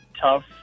tough